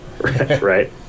right